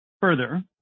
Further